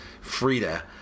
Frida